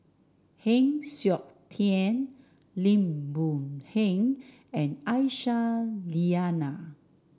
Heng Siok Tian Lim Boon Heng and Aisyah Lyana